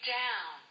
down